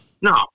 no